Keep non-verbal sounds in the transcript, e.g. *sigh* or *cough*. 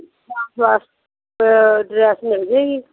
*unintelligible* dress ਮਿਲ ਜਏਗੀ